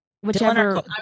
whichever